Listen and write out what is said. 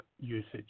usage